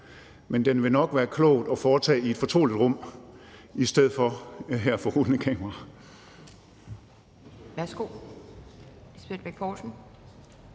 men det vil nok være klogt at foretage den i et fortroligt rum i stedet for her for rullende kamera.